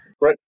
Right